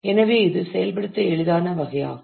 எனவே இது செயல்படுத்த எளிதான வகையாகும்